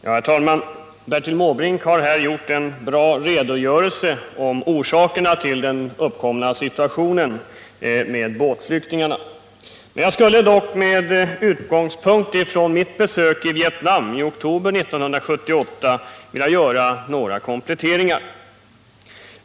Herr talman! Bertil Måbrink har här lämnat en bra redogörelse för orsakerna till den uppkomna situationen med båtflyktingarna. Jag skulle dock — med utgångspunkt i mitt besök i Vietnam i oktober 1978 — vilja göra några kompletteringar.